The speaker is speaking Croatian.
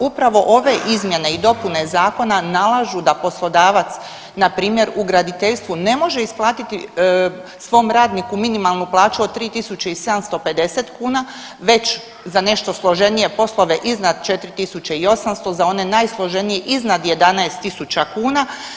Upravo ove izmjene i dopune zakona nalažu da poslodavac npr. u graditeljstvu ne može isplatiti svom radniku minimalnu plaću od 3 750 kuna, već za nešto složenije poslove iznad 4 000, za one najsloženije iznad 11 000 tisuća kuna.